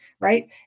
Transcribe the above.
Right